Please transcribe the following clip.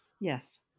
Yes